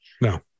No